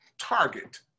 target